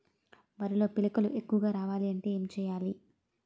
వరిలో పిలకలు ఎక్కువుగా రావాలి అంటే ఏంటి చేయాలి?